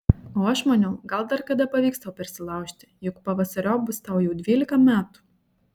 o aš maniau gal dar kada pavyks tau persilaužti juk pavasariop bus tau jau dvylika metų